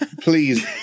please